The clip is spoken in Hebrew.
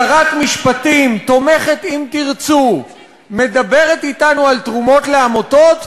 שרת משפטים תומכת "אם תרצו" מדברת אתנו על תרומות לעמותות?